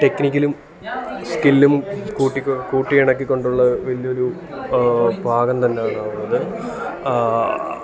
ടെക്നിക്കലും സ്കില്ലും കൂട്ടിക്കൊണ്ട് കൂട്ടി ഇണക്കിക്കൊണ്ടുള്ള വലിയ ഒരു പാഠം തന്നെയാണത്